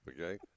Okay